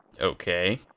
okay